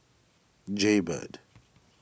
Jaybird